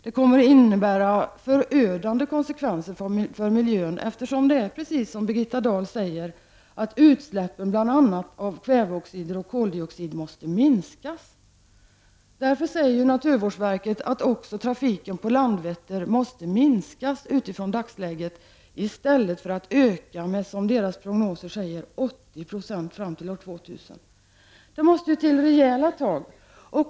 Det kommer att innebära förödande konsekvenser för miljön, eftersom det är precis så som Birgitta Dahl säger, att utsläppen av bl.a. kväveoxider och koldioxider måste minskas. Därför säger naturvårdsverket att också trafiken på Landvetter måste minskas utifrån dagsläget, i stället för att öka med, som deras prognoser säger, 80 90 fram till år 2000. Det måste till rejäla tag.